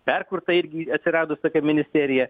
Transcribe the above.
perkurta irgi atsiradus tokia ministerija